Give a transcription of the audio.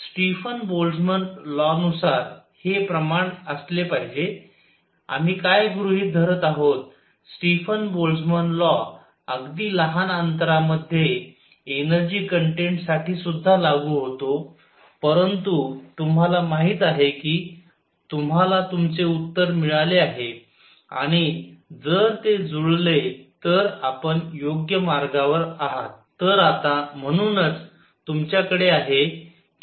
Stephen Boltzmann लॉनुसार हे प्रमाण असले पाहिजे आम्ही काय गृहित धरत आहोत स्टीफन बोल्टझ्मन लॉ अगदी लहान अंतरामध्ये एनर्जी कन्टेन्ट साठी सुद्धा लागू होतो परंतु तुम्हाला माहिती आहे की तुम्हाला तुमचे उत्तर मिळाले आहे आणि जर ते जुळले तर आपण योग्य मार्गावर आहात